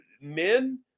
men